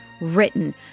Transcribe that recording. written